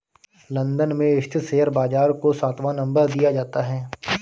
London में स्थित share बाजार को सातवां नम्बर दिया जाता है